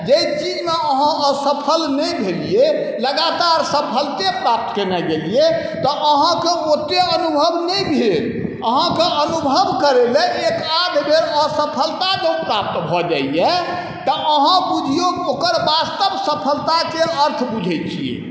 जाहि चीजमे अहाँ असफल नहि भेलिए लगातार सफलते प्राप्त कएने गेलिए तऽ अहाँके ओतेक अनुभव नहि भेल अहाँके अनुभव करैलए एकाध बेर असफलता जँ प्राप्त भऽ जाइए तऽ अहाँ बुझिऔ ओकर वास्तव सफलताके अर्थ बुझै छिए